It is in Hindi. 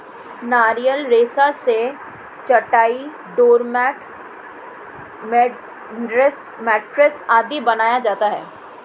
नारियल रेशा से चटाई, डोरमेट, मैटरेस आदि बनाया जाता है